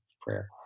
prayer